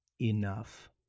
Enough